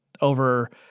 over